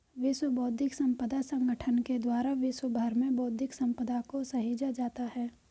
विश्व बौद्धिक संपदा संगठन के द्वारा विश्व भर में बौद्धिक सम्पदा को सहेजा जाता है